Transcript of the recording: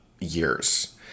years